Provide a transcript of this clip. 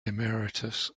emeritus